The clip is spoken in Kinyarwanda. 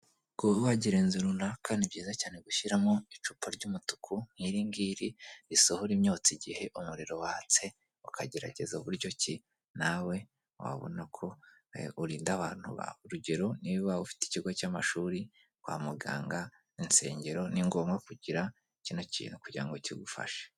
Kuba wagira inzu runaka ni byiza cyane gushyiramo icupa ry'umutuku nk'iri ningiri risohora imyotsi igihe umuriro wahatse ukagerageza bu buryo ki nawe wabona ko urinda abantu bawe. urugero niba ufite ikigo cy'amashuri ,kwa muganga ,insengero ni ngombwa kugira kino kintu kugira ngo kigufashe.